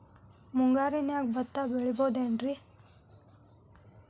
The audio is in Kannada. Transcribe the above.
ಮುಂಗಾರಿನ್ಯಾಗ ಭತ್ತ ಬೆಳಿಬೊದೇನ್ರೇ?